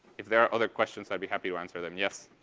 if there are other questions, i'd be happy to answer them. yes?